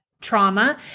trauma